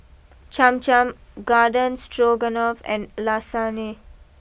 Cham Cham Garden Stroganoff and Lasagne